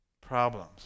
Problems